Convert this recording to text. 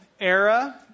era